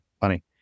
funny